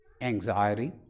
anxiety